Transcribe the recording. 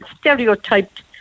stereotyped